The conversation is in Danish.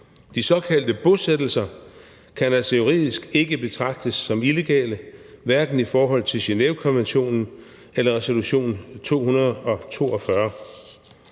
De såkaldte bosættelser kan altså juridisk ikke betragtes som illegale, hverken i forhold til Genèvekonventionen eller FN's resolution 242.